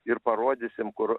ir parodysim kur